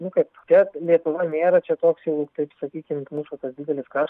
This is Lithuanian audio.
nu kaip čia lietuvoj nėra čia toks jau taip sakykim mūsų tas didelis kraš